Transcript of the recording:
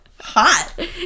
hot